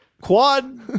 quad